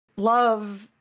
love